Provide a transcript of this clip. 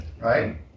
right